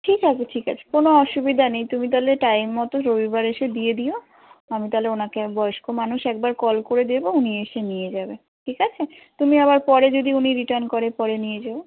ঠিক আছে ঠিক আছে কোনো অসুবিধা নেই তুমি তাহলে টাইম মতো রবিবার এসে দিয়ে দিয়ো আমি তাহলে ওনাকে বয়স্ক মানুষ একবার কল করে দেবো উনি এসে নিয়ে যাবে ঠিক আছে তুমি আবার পরে যদি উনি রিটার্ন করে পরে নিয়ে যেও